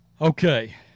Okay